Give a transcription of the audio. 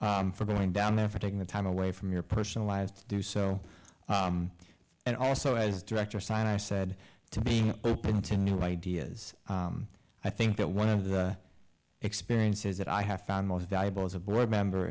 tomorrow for going down there for taking the time away from your personal lives to do so and also as director sign i said to being open to new ideas i think that one of the experiences that i have found most valuable as a board member